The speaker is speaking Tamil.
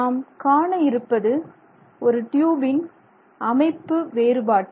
நாம் காண இருப்பது ஒரு ட்யூபின் அமைப்பு வேறுபாட்டை